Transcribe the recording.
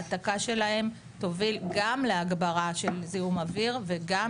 העתקה שלהם תוביל גם להגברה של זיהום אוויר וגם